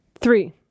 three